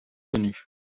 venue